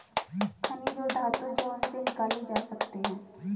खनिज और धातु जो उनसे निकाले जा सकते हैं